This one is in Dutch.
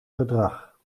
gedrag